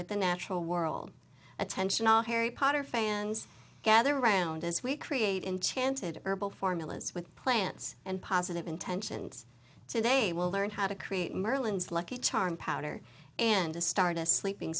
with the natural world attention all harry potter fans gather round as we create in chanted herbal formulas with plants and positive intentions to they will learn how to create merlin's lucky charm powder and to start a sleeping